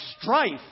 strife